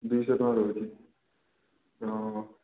ଦୁଇଶହ ଟଙ୍କା ରହୁଛି ହଁ